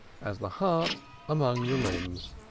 as the heart among the limbs.